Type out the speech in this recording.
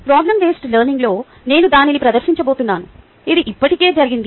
problem based learning లో నేను దానిని ప్రదర్శించబోతున్నాను ఇది ఇప్పటికే జరిగింది